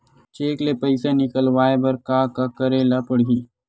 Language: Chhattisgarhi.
चेक ले पईसा निकलवाय बर का का करे ल पड़हि?